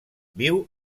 viu